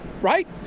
right